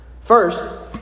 First